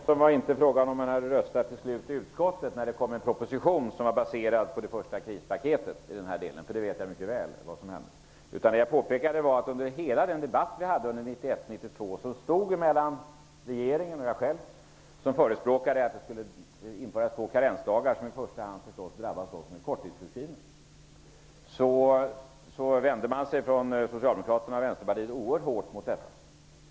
Herr talman! Jag vill påpeka för Arne Jansson att frågan inte gällde hur man hade röstat i utskottet angående en proposition som var baserad på det första krispaketet, eftersom jag mycket väl vet vad som hände. Vad jag påpekade var att under hela debatten 1991--1992 förespråkade regeringen och jag själv att det skulle införas två karensdagar, som i första hand skulle drabba dem som är korttidssjukskrivna. Socialdemokraterna och Vänsterpartiet vände sig oerhört hårt mot detta.